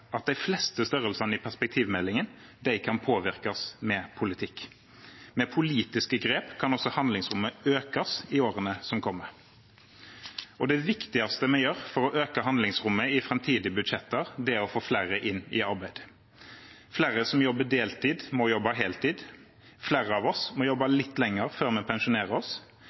at de fleste størrelsene i perspektivmeldingen kan påvirkes med politikk. Med politiske grep kan også handlingsrommet økes i årene som kommer. Det viktigste vi gjør for å øke handlingsrommet i framtidige budsjetter, er å få flere inn i arbeid. Flere som jobber deltid, må jobbe heltid. Flere av oss må jobbe litt lenger før vi pensjonerer oss,